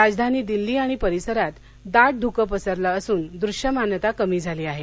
राजधानी दिल्ली आणि परिसरात दाट धुकं पसरलं असून दृश्यमानता कमी झाली आहे